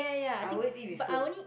I always eat with soup